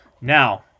Now